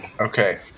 Okay